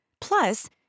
Plus